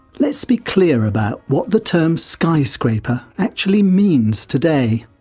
let's be clear about what the term skyscraper actually means today.